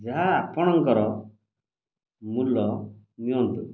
ଯାହା ଆପଣଙ୍କର ମୂଲ ନିଅନ୍ତୁ